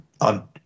on